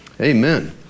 amen